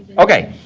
okay.